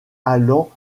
allant